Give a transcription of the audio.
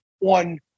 on